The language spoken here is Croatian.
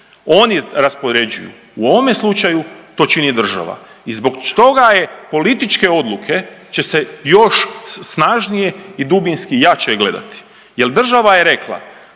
oni raspoređuju, u ovome slučaju to čini država i zbog toga je, političke odluke će se još snažnije i dubinski jače gledati jel država je rekla